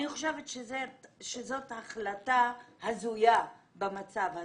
אני חושבת שזאת החלטה הזויה במצב הזה.